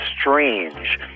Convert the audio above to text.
strange